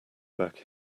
back